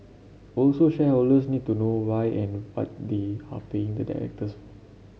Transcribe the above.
also shareholders need to know why and what they are paying the directors